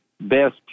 best